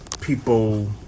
people